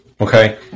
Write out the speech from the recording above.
Okay